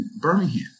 Birmingham